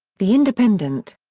the independent.